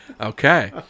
Okay